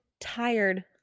tired